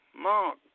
Mark